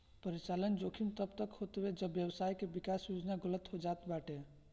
परिचलन जोखिम तब होत हवे जब व्यवसाय के विकास योजना गलत हो जात बाटे